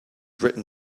written